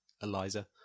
eliza